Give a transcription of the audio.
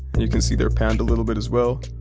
you can see they're panned a little bit as well.